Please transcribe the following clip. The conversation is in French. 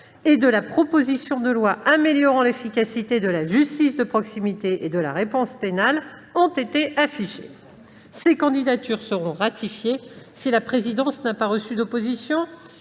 et de la proposition de loi améliorant l'efficacité de la justice de proximité et de la réponse pénale ont été affichées. Ces candidatures seront ratifiées si la présidence n'a pas reçu d'opposition